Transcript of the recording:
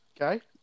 Okay